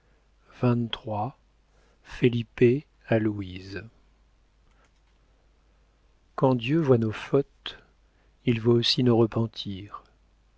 a louise quand dieu voit nos fautes il voit aussi nos repentirs